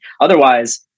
Otherwise